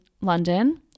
London